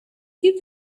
keep